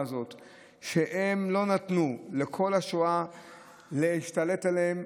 והם לא נתנו לכל השואה להשתלט עליהם,